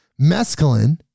mescaline